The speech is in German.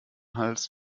hals